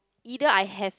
either I have